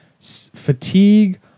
fatigue